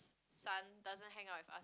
son doesn't hangout with us